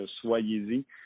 soyez-y